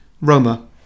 roma